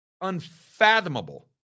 unfathomable